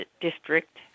District